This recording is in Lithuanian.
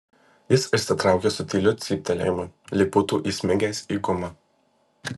jis išsitraukė su tyliu cyptelėjimu lyg būtų įsmigęs į gumą